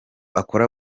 akora